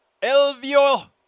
Elvio